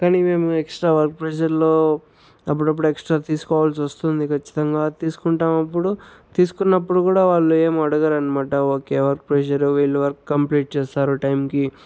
కానీ మేము extra work ప్రెజర్లో అప్పుడప్పుడు ఎక్స్ట్రా తీసుకోవాల్సి వస్తుంది ఖచ్చితంగా తీసుకుంటాం అప్పుడు తీసుకున్నప్పుడు కూడా వాళ్ళు ఏమి అడగరనమాట ఓకే వర్క్ ప్రెజరు వీళ్ళు వర్క్ కంప్లీట్ చేస్తారు టైంకి